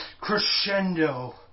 crescendo